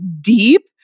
deep